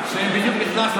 הכול אתה מפיל על נתניהו.